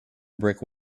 brick